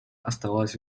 оставалось